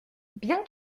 bien